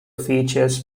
features